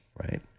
right